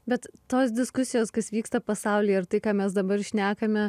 bet tos diskusijos kas vyksta pasaulyje ir tai ką mes dabar šnekame